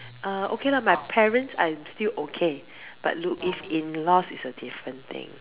err okay lah my parents I'm still okay but in- laws is a different thing